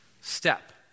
step